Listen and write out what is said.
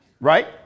Right